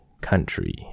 country